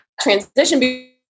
transition